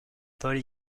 paul